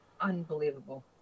unbelievable